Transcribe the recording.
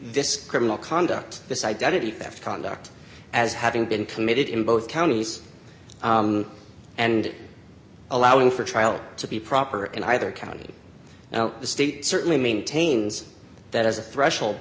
this criminal conduct this identity theft conduct as having been committed in both counties and allowing for trial to be proper in either county now the state certainly maintains that as a threshold